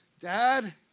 Dad